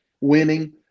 winning